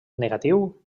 negatiu